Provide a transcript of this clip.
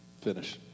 finish